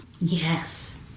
yes